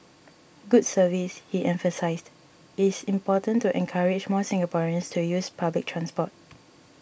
good service he emphasised is important to encourage more Singaporeans to use public transport